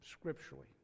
scripturally